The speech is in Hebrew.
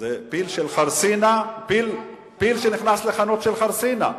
זה פיל שנכנס לחנות של חרסינה.